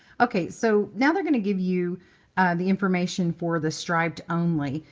ok. so now, they're going to give you the information for the striped only.